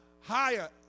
Higher